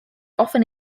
often